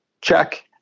check